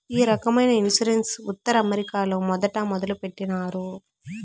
ఈ రకమైన ఇన్సూరెన్స్ ఉత్తర అమెరికాలో మొదట మొదలుపెట్టినారు